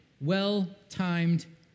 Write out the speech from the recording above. well-timed